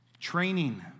Training